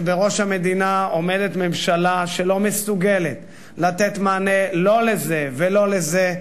כשבראש המדינה עומדת ממשלה שלא מסוגלת לתת מענה לא לזה ולא לזה,